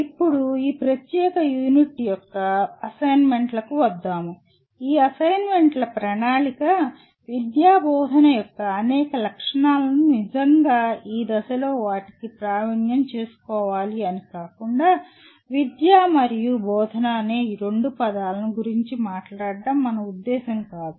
ఇప్పుడు ఈ ప్రత్యేక యూనిట్ యొక్క అసైన్మెంట్లకు వద్దాము ఈ అసైన్మెంట్ల ప్రణాళిక విద్యా బోధన యొక్క అనేక లక్షణాలను నిజంగా ఈ దశలో వాటిని ప్రావీణ్యం చేసుకోవాలి అని కాకుండా విద్య మరియు బోధన అనే ఈ రెండు పదాల గురించి మాట్లాడటం మన ఉద్దేశ్యం కాదు